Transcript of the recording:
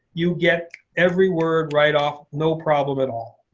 you get every word right off, no problem at all.